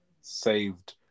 saved